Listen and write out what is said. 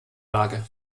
lage